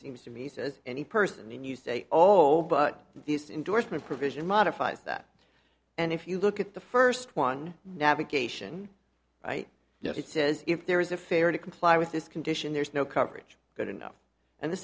seems to me says any person when you say oh but this indorsement provision modifies that and if you look at the first one navigation right now it says if there is a fare to comply with this condition there's no coverage good enough and the